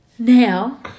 Now